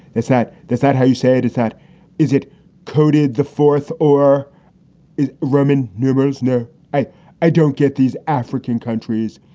it's that. does that how you say it is that is it coated the fourth or roman numerals. no, i i don't get these african countries.